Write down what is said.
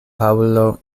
paŭlo